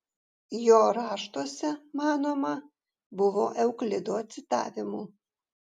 jo raštuose manoma buvo euklido citavimų